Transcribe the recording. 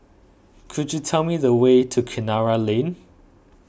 could you tell me the way to Kinara Lane